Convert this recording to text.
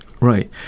Right